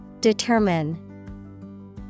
Determine